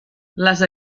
les